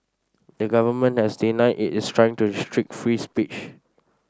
the government has denied it is trying to restrict free speech